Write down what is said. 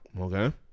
Okay